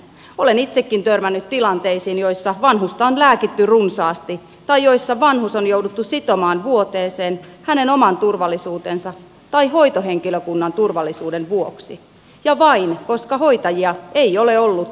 olen itsekin törmännyt tilanteisiin joissa vanhusta on lääkitty runsaasti tai joissa vanhus on jouduttu sitomaan vuoteeseen hänen oman turvallisuutensa tai hoitohenkilökunnan turvallisuuden vuoksi ja vain koska hoitajia ei ole ollut tarpeeksi